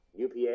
UPA